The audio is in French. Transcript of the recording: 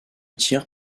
tir